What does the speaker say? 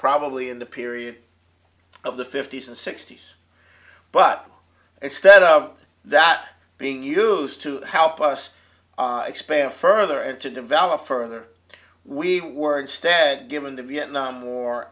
probably in the period of the fifty's and sixty's but it stead of that being used to help us expand further and to develop further we weren't stead given the vietnam war